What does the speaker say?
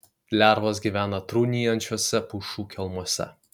lervos gyvena trūnijančiuose pušų kelmuose